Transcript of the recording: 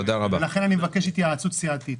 לכן אני מבקש התייעצות סיעתית.